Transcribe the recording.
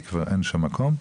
כבר אין שם מקום.